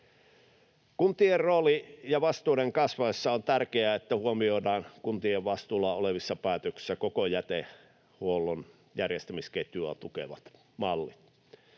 Kuntien roolin ja vastuiden kasvaessa on tärkeää, että huomioidaan kuntien vastuulla olevissa päätöksissä koko jätehuollon järjestämisketjua tukevat mallit,